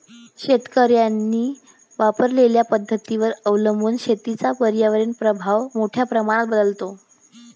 शेतकऱ्यांनी वापरलेल्या पद्धतींवर अवलंबून शेतीचा पर्यावरणीय प्रभाव मोठ्या प्रमाणात बदलतो